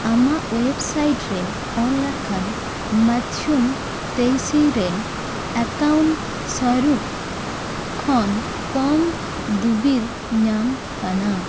ᱟᱢᱟᱜ ᱳᱭᱮᱵᱽᱥᱟᱭᱤᱴ ᱨᱮ ᱚᱞ ᱟᱠᱟᱱ ᱢᱟᱛᱥᱩᱱ ᱛᱮᱭᱥᱤ ᱨᱮ ᱮᱠᱟᱣᱩᱱᱴ ᱥᱚᱨᱩᱯ ᱠᱷᱚᱱ ᱠᱚᱢ ᱫᱩᱵᱤᱨ ᱧᱟᱢ ᱟᱠᱟᱱᱟ